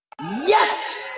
YES